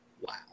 wow